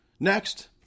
Next